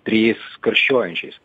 trejais karščiuojančiais